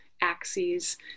axes